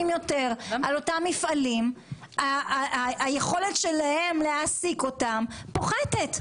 יותר על אותם מפעלים היכולת שלהם להעסיק אותם פוחתת.